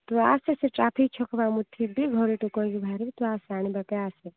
ତୁ ଆସେ ସେ ଟ୍ରାଫିକ୍ ଛକ ପାଖରେ ମୁଁ ଥିବି ଘରେ ଟିକେ କହିକି ବାହାରିବି ତୁ ଆସେ ଆଣିବାକେ ଆସେ